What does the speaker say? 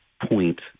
point